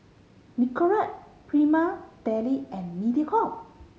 Nicorette Prima Deli and Mediacorp